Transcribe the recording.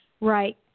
Right